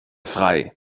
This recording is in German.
frei